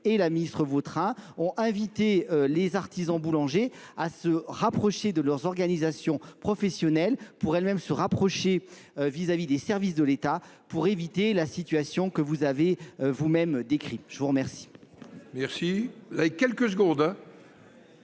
et la ministre Vautrin ont invité les artisans boulangers à se rapprocher de leurs organisations professionnelles, pour elles-mêmes se rapprocher vis-à-vis vis-à-vis des services de l'État pour éviter la situation que vous avez vous-même décrite. Je vous remercie.